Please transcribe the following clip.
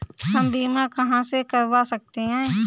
हम बीमा कहां से करवा सकते हैं?